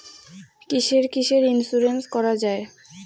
কিসের কিসের ইন্সুরেন্স করা যায়?